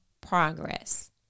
progress